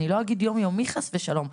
אני לא אגיד יום-יומי חס ושלום,